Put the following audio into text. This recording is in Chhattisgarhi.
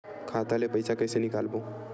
खाता ले पईसा कइसे निकालबो?